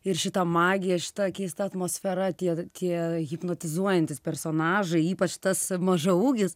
ir šita magija šita keista atmosfera tie tie hipnotizuojantys personažai ypač tas mažaūgis